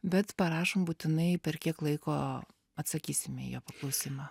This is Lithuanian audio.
bet parašom būtinai per kiek laiko atsakysime į jo paklausimą